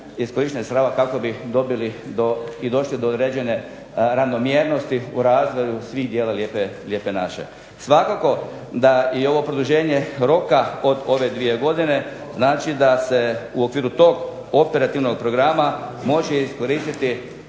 razumije se./… kako bi dobili do, i došli do određene ravnomjernosti u razvoju svih dijela lijepe naše. Svakako da i ovo produženje roka od ove dvije godine znači da se u okviru tog operativnog programa može iskoristiti